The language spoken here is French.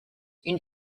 une